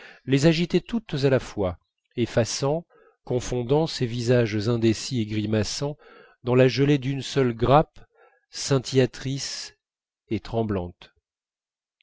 les agitait toutes à la fois effaçant confondant ces visages indécis et grimaçants dans la gelée d'une seule grappe scintillatrice et tremblante